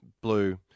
blue